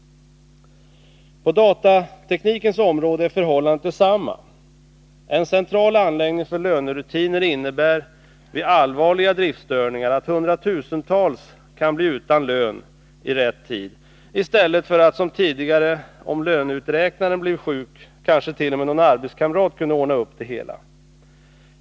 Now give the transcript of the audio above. På datateknikens område är förhållandet detsamma. Om man har en central anläggning för lönerutiner innebär det, vid allvarliga driftstörningar, att hundratusentals människor kan bli utan lön i rätt tid i stället för att som tidigare, om löneuträknaren blev sjuk, en arbetskamrat ordnade upp det hela.